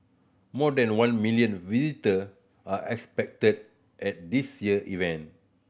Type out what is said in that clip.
more than one million visitor are expected at this year event